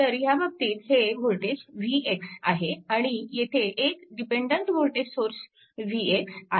तर ह्या बाबतीत हे वोल्टेज vx आहे आणि येथे एक डिपेन्डन्ट वोल्टेज सोर्स vx आहे